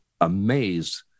amazed